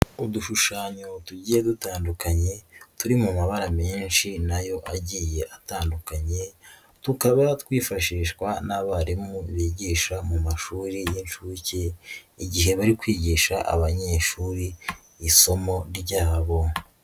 Udushushanyo tugiye dutandukanye turi mu mabara menshi na yo agiye atandukanye, tukaba twifashishwa n'abarimu bigisha mu mashuri y'inshuke igihe bari kwigisha abanyeshuri isomo ryabo.